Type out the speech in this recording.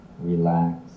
relax